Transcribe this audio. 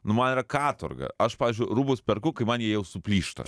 nu man yra katorga aš pavyzdžiui rūbus perku kai man jie jau suplyšta